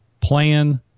Plan